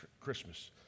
Christmas